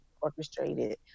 orchestrated